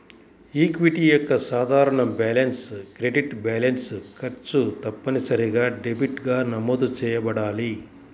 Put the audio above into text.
equity యొక్క సాధారణ balance credit balance, ఖర్చు తప్పనిసరిగా డెబిట్గా నమోదు చేయబడాలి